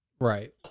Right